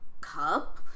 cup